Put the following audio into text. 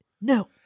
No